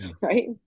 right